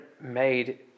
made